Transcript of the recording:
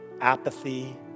apathy